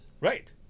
Right